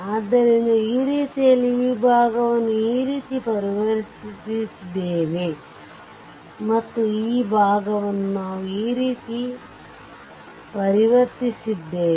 ಆದ್ದರಿಂದ ಈ ರೀತಿಯಲ್ಲಿ ಈ ಭಾಗವನ್ನು ಈ ರೀತಿ ಪರಿವರ್ತಿಸಿದ್ದೇವೆ ಮತ್ತು ಈ ಭಾಗವನ್ನು ನಾವು ಈ ರೀತಿ ಪರಿವರ್ತಿಸಿದ್ದೇವೆ